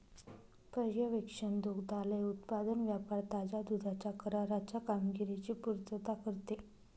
पर्यवेक्षण दुग्धालय उत्पादन व्यापार ताज्या दुधाच्या कराराच्या कामगिरीची पुर्तता करते